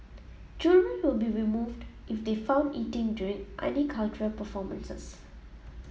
children will be removed if they found eating during any cultural performances